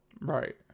Right